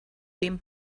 dem